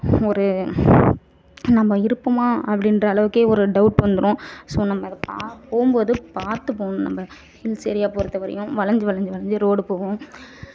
ஒரு நம்ம இருப்போமா அப்படின்ற அளவுக்கே ஒரு டவுட் வந்துடும் ஸோ நம்ப அதை பா போகும்போது பார்த்து போகணும் நம்ப ஹில்ஸ் ஏரியா பொருத்தவரையும் வளஞ்சி வளஞ்சி வளஞ்சி ரோட் போகும்